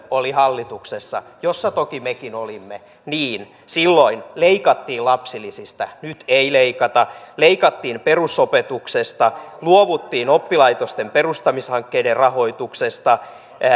oli hallituksessa jossa toki mekin olimme niin silloin leikattiin lapsilisistä nyt ei leikata leikattiin perusopetuksesta luovuttiin oppilaitosten perustamishankkeiden rahoituksesta